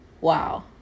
wow